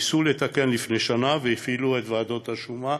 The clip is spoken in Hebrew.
ניסו לתקן לפני שנה והפעילו את ועדות השומה,